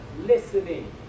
listening